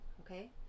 okay